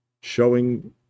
showing